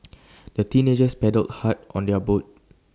the teenagers paddled hard on their boat